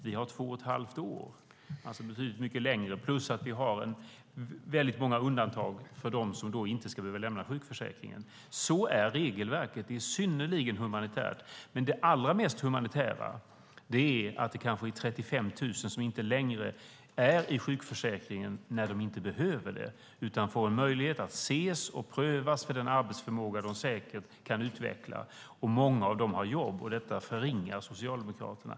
Vi har två och ett halvt år, som är mycket längre, plus att vi har många undantag för dem som inte ska behöva lämna sjukförsäkringen. Så är regelverket. Det är synnerligen humanitärt. Men det allra mest humanitära är att det kanske är 35 000 som inte längre är i sjukförsäkringen när de inte behöver det. De får en möjlighet att ses och prövas för den arbetsförmåga de säkert kan utveckla, och många av dem har jobb. Detta förringar Socialdemokraterna.